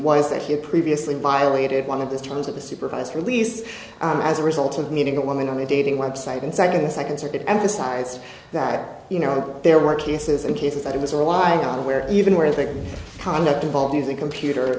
was that he had previously violated one of the terms of a supervised release as a result of meeting a woman on a dating website and second the second circuit emphasized that you know there were cases and cases that it was reliable where even where the conduct involved using computer